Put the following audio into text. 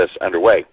underway